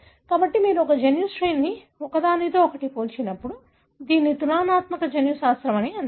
కాబట్టి మీరు ఒక జన్యు శ్రేణిని ఒకదానితో ఒకటి పోల్చినప్పుడు దీనిని తులనాత్మక జన్యుశాస్త్రం అంటారు